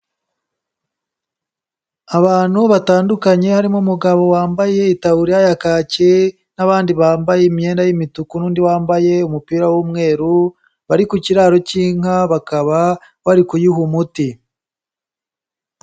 Abantu batandukanye, harimo umugabo wambaye itaburiya ya kake, n'abandi bambaye imyenda y'imituku n'undi wambaye umupira w'umweru, bari ku kiraro cy'inka, bakaba bari kuyiha umuti.